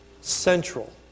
Central